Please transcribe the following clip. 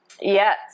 Yes